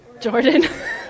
Jordan